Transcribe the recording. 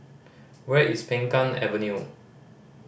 where is Peng Kang Avenue